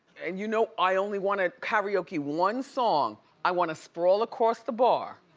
and you know i only wanted karaoke one song. i wanna sprawl across the bar.